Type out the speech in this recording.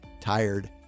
tired